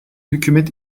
hükümet